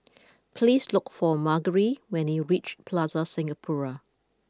please look for Margery when you reach Plaza Singapura